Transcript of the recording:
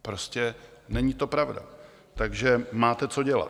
Prostě není to pravda, takže máte co dělat.